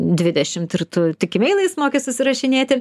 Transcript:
dvidešimt ir tu tik emeilais moki susirašinėti